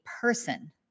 person